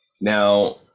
Now